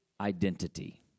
identity